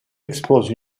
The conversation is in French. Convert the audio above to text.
expose